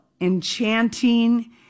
enchanting